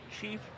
Chief